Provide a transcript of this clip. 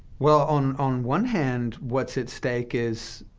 well, on on one hand, what's at stake is